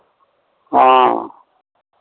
हँ